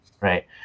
Right